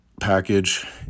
package